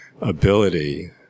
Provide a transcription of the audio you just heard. ability